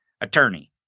attorney